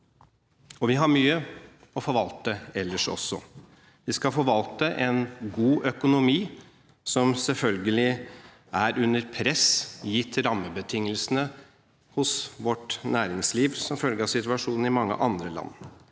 Vi har mye å forvalte ellers også. Vi skal forvalte en god økonomi, som selvfølgelig er under press gitt rammebetingelsene hos vårt næringsliv som følge av situasjonen i mange andre and.